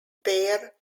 bear